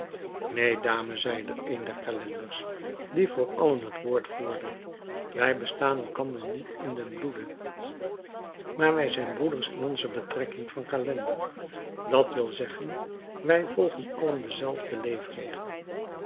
neen dame zeide een der calenders die voor allen het woord voerde wij bestaan elkander niet in den bloede maar wij zijn broeders in onze betrekking van calender dat wil zeggen wij volgen allen denzelfden